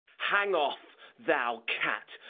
hang off, thou cat,